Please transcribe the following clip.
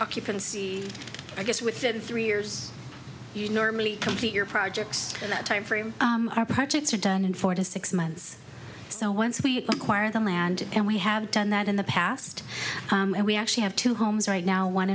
occupancy i guess within three years you normally complete your projects in that time frame our projects are done in four to six months so once we acquire the land and we have done that in the past and we actually have two homes right now one